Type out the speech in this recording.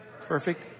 Perfect